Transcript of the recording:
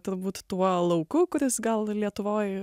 turbūt tuo lauku kuris gal lietuvoj